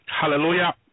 hallelujah